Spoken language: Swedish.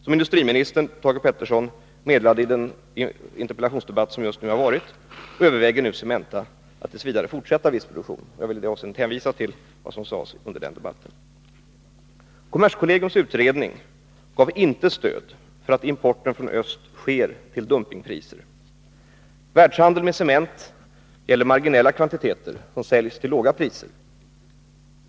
Som industriministern Thage Peterson meddelade i den interpellationsdebatt som just har ägt rum överväger nu Cementa att t. v. fortsätta viss produktion. Jag vill i det avseendet hänvisa till vad som sades under den debatten. Kommerskollegiums utredning gav inte stöd för att importen från öst sker till dumpingpriser. Världshandeln med cement gäller marginella kvantiteter som säljs till låga priser.